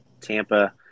Tampa